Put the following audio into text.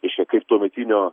reiškia kaip tuometinio